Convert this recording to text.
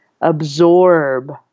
absorb